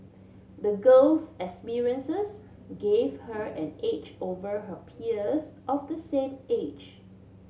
the girl's experiences gave her an edge over her peers of the same age